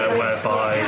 whereby